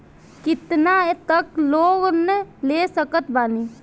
कितना तक लोन ले सकत बानी?